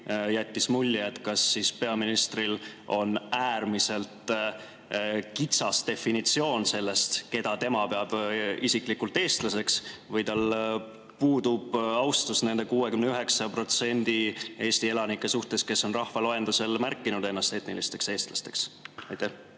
jättis mulje, et peaministril kas on äärmiselt kitsas definitsioon selle kohta, keda tema isiklikult peab eestlaseks, või tal puudub austus nende 69% Eesti elanike suhtes, kes on rahvaloendusel märkinud ennast etnilisteks eestlasteks. Aitäh!